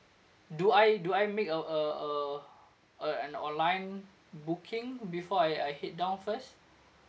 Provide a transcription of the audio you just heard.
do I do I make a a a a an online booking before I I head down first